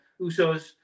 Usos